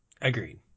Agreed